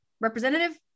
representative